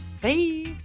Bye